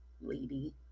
lady